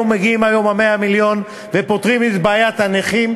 מגיעים היום 100 המיליון ופותרים את בעיית הנכים,